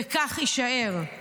וכך יישאר.